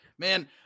Man